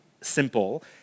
simple